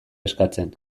eskatzen